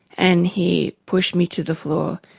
and he pushed me to the floor.